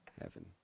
heaven